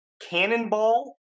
Cannonball